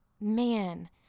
Man